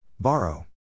Borrow